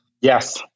Yes